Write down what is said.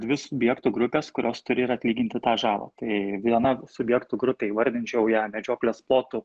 dvi subjektų grupės kurios turi ir atlyginti tą žalą tai viena subjektų grupė įvardinčiau ją medžioklės plotų